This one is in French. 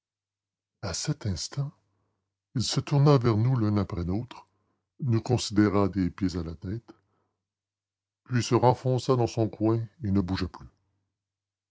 à cet instant il se tourna vers nous l'un après l'autre nous considéra des pieds à la tête puis se renfonça dans son coin et ne bougea plus